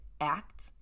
act